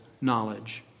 knowledge